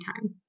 time